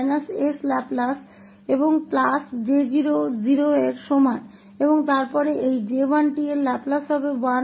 और यह J0𝑡 और plus J0 के −𝑠 लैपलेस के बराबर है